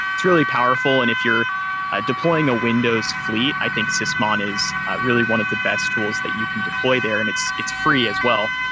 it's really powerful, and if you're ah deploying a windows fleet, i think sysmon is really one of the best tools that you can deploy there and it's it's free as well.